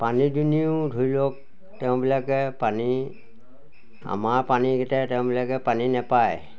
পানী দুনিও ধৰি লওক তেওঁবিলাকে পানী আমাৰ পানীৰ গতে তেওঁবিলাকে পানী নাপায়